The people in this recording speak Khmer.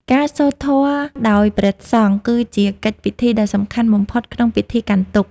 ការសូត្រធម៌ដោយព្រះសង្ឃ គឺជាកិច្ចពិធីដ៏សំខាន់បំផុតក្នុងពិធីកាន់ទុក្ខ។